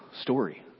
story